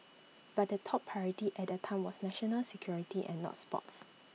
but the top priority at that time was national security and not sports